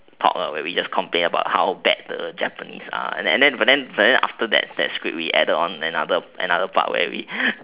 talk where we just complain about how bad the japanese are and then but then but then in our script we added another part where we